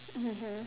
mmhmm